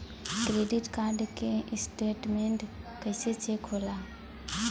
Credit card के statement कइसे check होला?